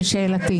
לשאלתי.